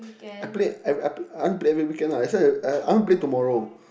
I Play I I I want to play every weekend lah I want to play tomorrow